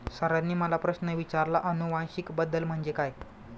सरांनी मला प्रश्न विचारला आनुवंशिक बदल म्हणजे काय?